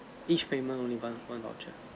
each payment only one one voucher